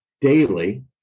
daily